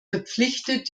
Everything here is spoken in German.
verpflichtet